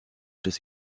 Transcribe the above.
des